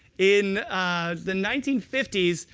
in the nineteen fifty s,